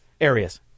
areas